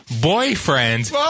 Boyfriend